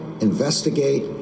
investigate